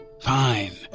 fine